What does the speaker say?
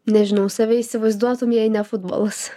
nežinau save įsivaizduotum jei ne futbolas